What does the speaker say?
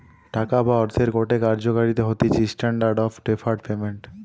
টাকা বা অর্থের গটে কার্যকারিতা হতিছে স্ট্যান্ডার্ড অফ ডেফার্ড পেমেন্ট